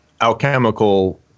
alchemical